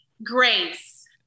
Grace